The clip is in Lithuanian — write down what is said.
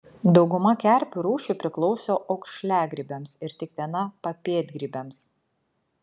dauguma kerpių rūšių priklauso aukšliagrybiams ir tik viena papėdgrybiams